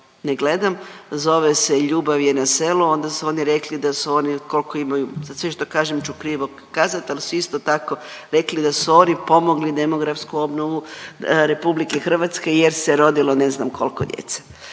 ne gledam. Zove se ljubav je na selu, onda su oni rekli da su oni koliko imaju, sad sve što kažem ću krivo kazat, ali su isto tako rekli da su oni pomogli demografsku obnovu RH jer se rodilo ne znam koliko djece.